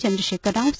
Chandrashekhar Rao